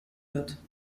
wird